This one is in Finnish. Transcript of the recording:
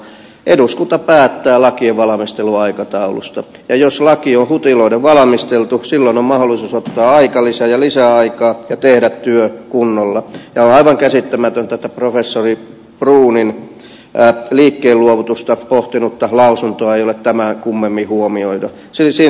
eduskunta päättää lakien valmistelun aikataulusta ja jos laki on hutiloiden valmisteltu silloin on mahdollisuus ottaa aikalisä ja lisää aikaa ja tehdä työ kunnolla ja on aivan käsittämätöntä että professori bruunin liikkeen luovutusta pohtinutta lausuntoa ei ole tämän kummemmin huomioitu